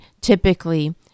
typically